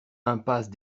impasse